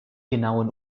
genauen